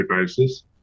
basis